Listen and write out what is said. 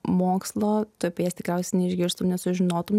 mokslo tu apie jas tikriausiai neišgirstum nesužinotum